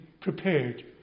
prepared